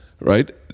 right